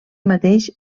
mateix